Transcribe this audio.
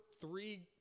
three